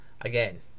again